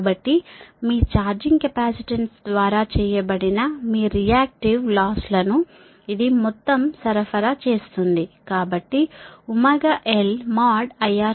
కాబట్టి మీ charging capacitance ద్వారా చేయబడిన మీ రియాక్టివ్ లాస్ లను ఇది మొత్తం సరఫరా చేస్తుంది